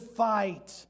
fight